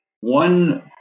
One